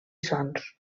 sons